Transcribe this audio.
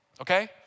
okay